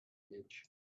edge